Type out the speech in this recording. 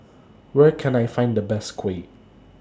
Where Can I Find The Best Kuih